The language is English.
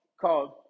called